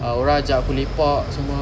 orang ajak aku lepak semua